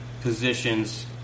positions